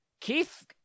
Keith